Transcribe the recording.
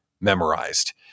memorized